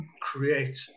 create